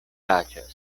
plaĉas